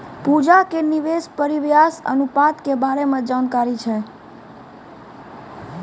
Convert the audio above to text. पूजा के निवेश परिव्यास अनुपात के बारे मे जानकारी छै